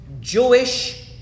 Jewish